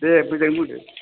दे मोजाङै बुंदो